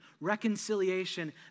reconciliation